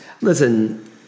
Listen